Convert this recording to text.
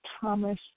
Thomas